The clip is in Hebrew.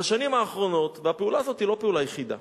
בשנים האחרונות הפעולה הזאת היא לא פעולה יחידה,